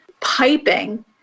piping